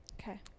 okay